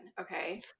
Okay